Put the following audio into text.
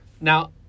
now